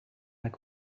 like